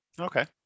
okay